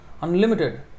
unlimited